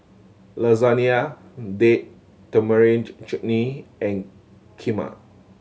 Lasagna Date Tamarind Chutney and Kheema